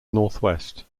northwest